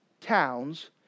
towns